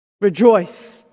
Rejoice